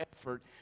effort